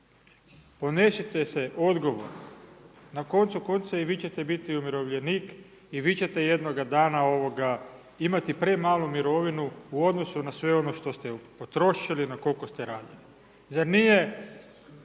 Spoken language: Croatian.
ponesite se odgovorno. Na koncu konca i vi ćete biti umirovljenik i vi ćete jednoga dana imati premalu mirovinu u odnosu na sve ono što ste potrošili, na koliko ste radili. Zar nije